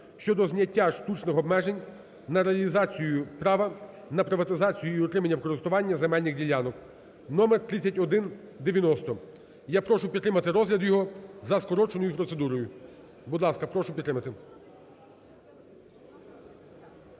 щодо зняття штучних обмежень на реалізацію права на приватизацію і отримання в користування земельних ділянок (№ 3190). Я прошу підтримати розгляд його за скороченою процедурою. Будь ласка, прошу підтримати.